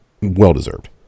well-deserved